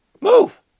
move